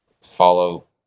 follow